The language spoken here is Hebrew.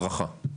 ברכה.